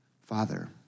Father